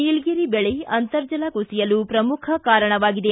ನೀಲಗಿರಿ ಬೆಳೆ ಅಂತರ್ಜಲ ಕುಸಿಯಲು ಪ್ರಮುಖ ಕಾರಣವಾಗಿದೆ